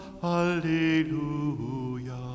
hallelujah